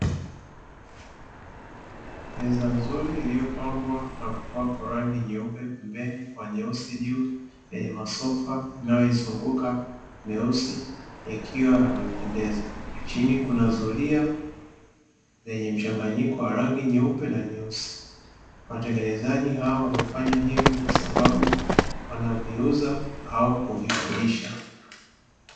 Meza nzuri iliyopambwa na kupakwa rangi nyeupe pembeni kwa nyeusi juu, yenye masofa yanayoizunguka meusi yakiwa yamependeza. Chini kuna zulia lenye mchanganyiko wa rangi nyeupe na nyeusi. Watengenezaji hao wamefanya hivyo kwa sababu wanavijuza au kuvikodisha.